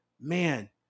man